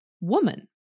woman